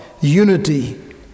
unity